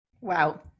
Wow